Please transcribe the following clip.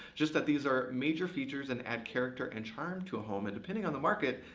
just that these are major features and add character and charm to a home. and depending on the market,